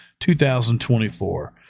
2024